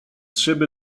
szyby